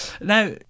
Now